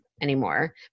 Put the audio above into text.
anymore